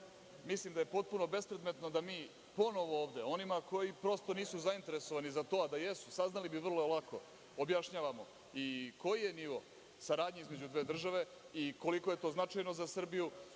mislim da je potpuno bespredmetno da mi ponovo ovde onima koji prosto nisu zainteresovani za to, a da jesu saznali bi vrlo lako, objašnjavamo koji je nivo saradnje između dve države, koliko je to značajno za Srbiju